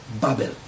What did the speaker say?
bubble